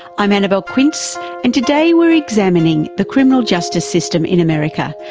i'm annabelle quince and today we're examining the criminal justice system in america,